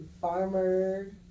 farmer